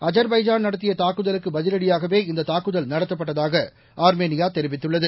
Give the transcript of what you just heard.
Azerbaijan நடத்திய தாக்குதலுக்கு பதிவடியாகவே இந்த தாக்குதல் நடத்தப்பட்டதாக ஆர்மேனியா தெரிவித்துள்ளது